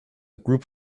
group